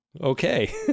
Okay